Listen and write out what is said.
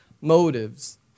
motives